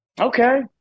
Okay